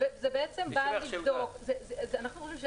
לדעתנו,